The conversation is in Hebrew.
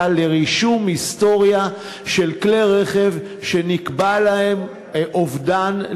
לרישום היסטוריה של כלי רכב שנקבע להם אובדן להלכה.